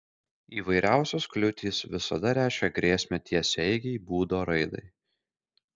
įvairiausios kliūtys visada reiškia grėsmę tiesiaeigei būdo raidai